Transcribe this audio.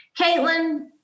Caitlin